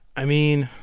i mean,